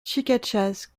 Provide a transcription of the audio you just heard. chicachas